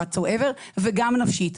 וגם נפשית.